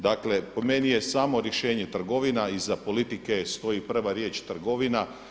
Dakle, po meni je samo rješenje trgovina iza politike stoji prva riječ trgovina.